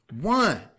One